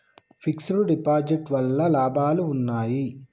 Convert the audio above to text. Fix డ్ deposit వల్ల లాభాలు ఉన్నాయి?